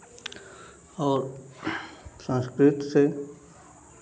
और संस्कृत से